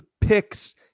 picks